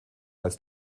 als